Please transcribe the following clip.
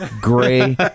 Gray